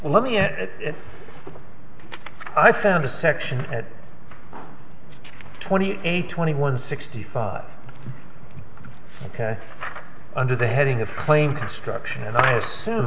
it's i found a section at twenty eight twenty one sixty five ok under the heading of plane construction and i assume